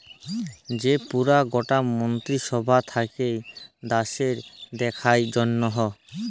যে পুরা গটা মন্ত্রী সভা থাক্যে দ্যাশের দেখার জনহ